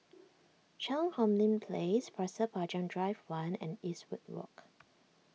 Cheang Hong Lim Place Pasir Panjang Drive one and Eastwood Walk